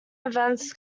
events